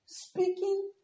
Speaking